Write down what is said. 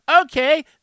okay